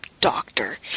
Doctor